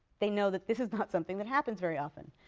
they know that this is not something that happens very often.